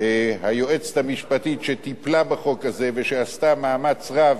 היועצת המשפטית שטיפלה בחוק הזה ועשתה מאמץ רב